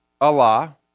Allah